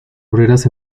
obreras